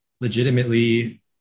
legitimately